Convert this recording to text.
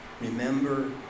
Remember